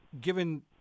given